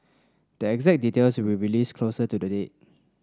the exact details will be released closer to the date